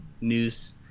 news